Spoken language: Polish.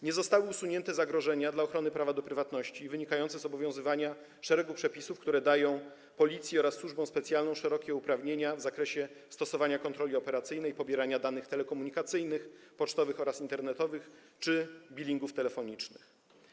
Nie zostały usunięte zagrożenia dla ochrony prawa do prywatności wynikające z obowiązywania szeregu przepisów, które dają Policji oraz służbom specjalnym szerokie uprawnienia w zakresie stosowania kontroli operacyjnej i pobierania danych telekomunikacyjnych, pocztowych oraz internetowych czy bilingów telefonicznych.